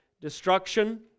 destruction